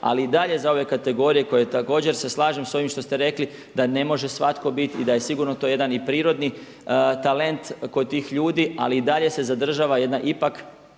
ali i dalje za ove kategorije koje također se slažem s ovim što ste rekli da ne može svatko biti i da je sigurno to jedan i prirodni talent kod tih ljudi, ali i dalje se zadržava ipak